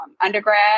undergrad